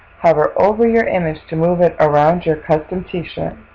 hoover over your image to move it around your custom t-shirt